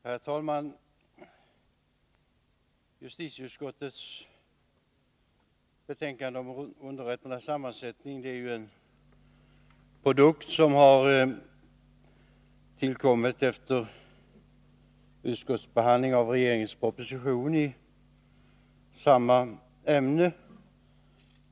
Herr talman! Justitieutskottets betänkande om underrätternas sammansättning är en produkt som tillkommit efter behandling av regeringens proposition i samma ämne.